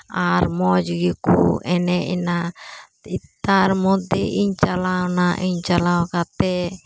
ᱟᱨ ᱢᱚᱡᱽ ᱜᱮᱠᱚ ᱮᱱᱮᱡ ᱮᱱᱟ ᱛᱟᱨ ᱢᱚᱫᱽᱫᱷᱮ ᱤᱧ ᱪᱟᱞᱟᱣᱱᱟ ᱪᱟᱞᱟᱣ ᱠᱟᱛᱮ